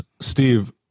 Steve